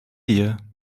dir